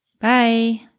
Bye